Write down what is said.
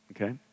okay